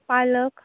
पालक